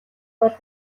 бол